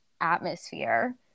atmosphere